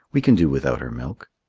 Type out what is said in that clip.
we can do without her milk.